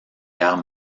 guerres